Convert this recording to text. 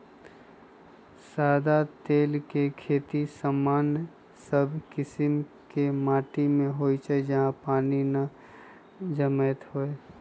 सदा तेल के खेती सामान्य सब कीशिम के माटि में होइ छइ जहा पानी न जमैत होय